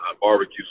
barbecue